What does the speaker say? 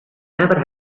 never